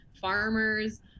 farmers